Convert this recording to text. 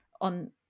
on